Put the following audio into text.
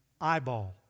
eyeball